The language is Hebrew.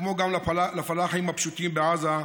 כמו גם לפלאחים הפשוטים בעזה,